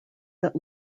that